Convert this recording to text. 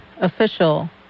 official